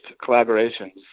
collaborations